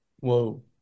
whoa